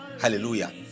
hallelujah